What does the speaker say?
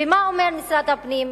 ומה אומר משרד הפנים?